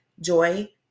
joy